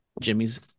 Jimmy's